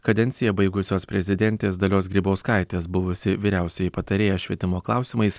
kadenciją baigusios prezidentės dalios grybauskaitės buvusi vyriausioji patarėja švietimo klausimais